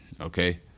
Okay